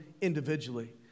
individually